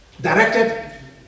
directed